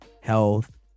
health